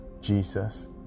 Jesus